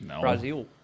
Brazil